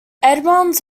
edmonds